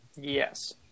Yes